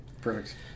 Perfect